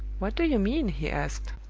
what do you mean? he asked.